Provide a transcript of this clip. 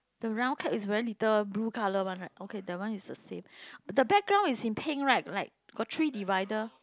the round cat is very little blue color one right okay that one is the same the background is in pink right like got three divider